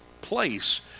place